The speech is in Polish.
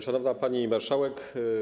Szanowna Pani Marszałek!